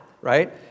right